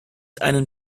einen